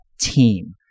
team